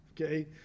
Okay